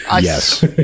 Yes